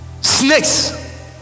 Snakes